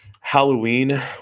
halloween